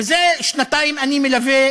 מזה שנתיים אני מלווה